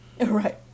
Right